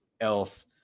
else